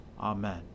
Amen